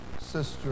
sister